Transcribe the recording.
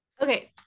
okay